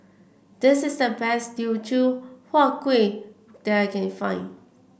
this is the best Teochew Huat Kuih that I can find